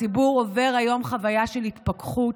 הציבור עובר היום חוויה של התפכחות.